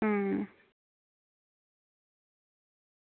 अं